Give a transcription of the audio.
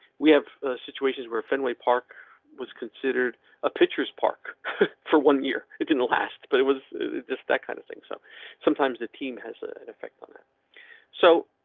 we have situations where fenway park was considered a pitchers park for one year. it didn't last, but it was just that kind of thing. so sometimes the team has an effect on it so.